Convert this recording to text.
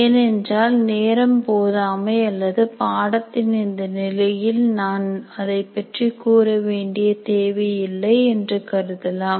ஏனென்றால் நேரம் போதாமை அல்லது பாடத்தின் இந்த நிலையில் நான் அதை பற்றி கூற வேண்டிய தேவையில்லை என்று கருதலாம்